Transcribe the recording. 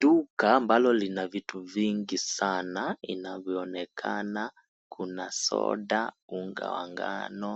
Duka ambalo lina vitu vingi sana, vinavyo onekana kuna; soda, unga wa ngano